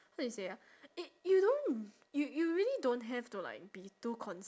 how do you say ah it you don't you you really don't have to like be too con~